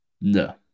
No